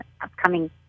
upcoming